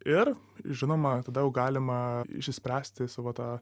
ir žinoma tada jau galima išsispręsti savo tą